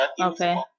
Okay